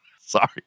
sorry